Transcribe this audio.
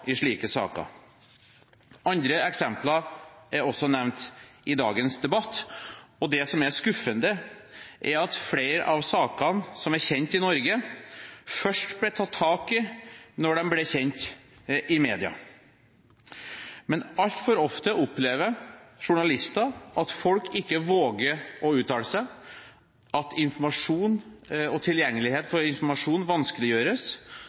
i slike saker. Andre eksempler er også nevnt i dagens debatt, og det som er skuffende, er at flere av sakene som er kjent i Norge, først ble tatt tak i da de ble kjent i media. Men altfor ofte opplever journalister at folk ikke våger å uttale seg, og at informasjon og tilgjengelighet for informasjon vanskeliggjøres.